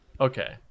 Okay